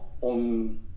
on